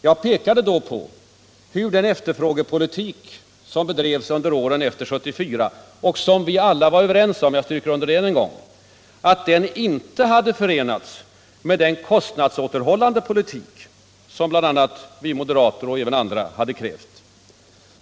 Jag pekade då på hur den efterfrågepolitik under åren efter 1974 som vi alla varit överens om -— jag understryker det än en gång — inte hade förenats med den kostnadsåterhållande politik som vi moderater och även andra hade krävt.